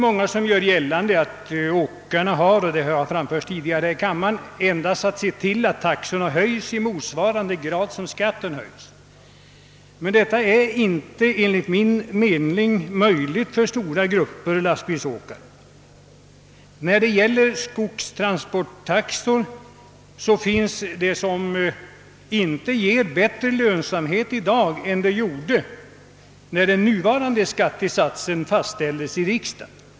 Många gör gällande — och det har anförts tidigare i kammaren — att åkarna endast har att se till att taxorna höjs i samma grad som skatten höjs, men detta är enligt min mening inte möjligt för stora grupper lastbilsåkare. Det finns skogstransporttaxor som inte ger bättre lönsamhet i dag än de gjorde när den nuvarande skattesatsen fastställdes av riksdagen.